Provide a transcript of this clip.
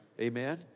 Amen